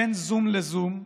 בין זום לזום,